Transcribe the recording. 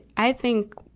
i think,